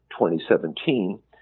2017